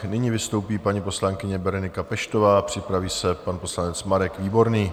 Nyní vystoupí paní poslankyně Berenika Peštová a připraví se pan poslanec Marek Výborný.